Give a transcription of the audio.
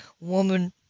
woman